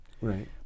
Right